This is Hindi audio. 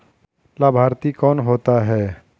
लाभार्थी कौन होता है?